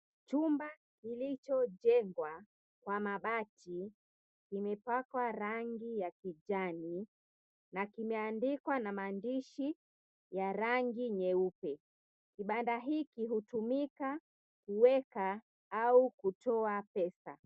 Chumba kilichojengwa kwa mabati kimepakwa rangi ya kijani na kimeandikwa na maandishi ya rangi nyeupe. Kibanda hiki hutumika kuweka au kutoa pesa.